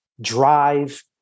drive